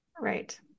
Right